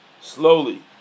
slowly